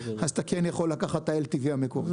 אז אתה כן יכול לקחת את ה-LTV המקורי.